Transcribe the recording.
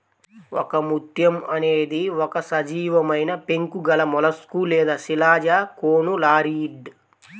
ఒకముత్యం అనేది ఒక సజీవమైనపెంకు గలమొలస్క్ లేదా శిలాజకోనులారియిడ్